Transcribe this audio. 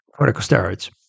corticosteroids